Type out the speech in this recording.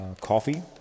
coffee